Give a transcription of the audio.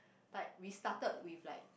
like we started with like